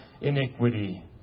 iniquity